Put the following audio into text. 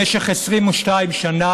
במשך 22 שנה,